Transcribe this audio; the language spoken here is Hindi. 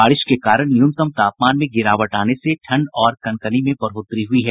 बारिश के कारण न्यूनतम तापमान में गिरावट आने से ठंड और कनकनी में बढ़ोतरी हुयी है